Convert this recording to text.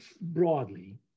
broadly